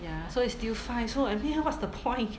ya so it's still five so I mean what's the point